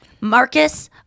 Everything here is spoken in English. Marcus